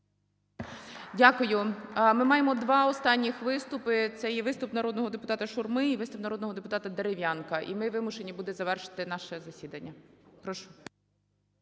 Дякую. Ми маємо два останні виступи: це є виступ народного депутата Шурми і виступ народного депутата Дерев'янка. І ми вимушені будемо завершити наше засідання. Прошу.